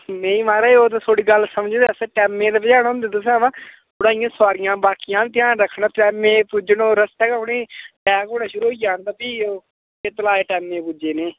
नेईं महाराज ओह् ते थुआढ़ी गल्ल समझने अस टैमे दे पजाना होंदा तुसें बा थोह्ड़ा इ'यां सवारियां बाकियां बी ध्यान रक्खना टैमें दे पुज्जना रस्तै गै उ'नेंगी अटैक होना शुरू होई जान ते फ्ही ओह् केत्त लाए टैमें दे पुज्जे नेह्